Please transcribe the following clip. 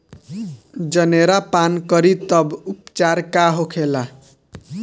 जनेरा पान करी तब उपचार का होखेला?